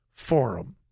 Forum